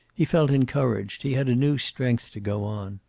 he felt encouraged, he had a new strength to go on.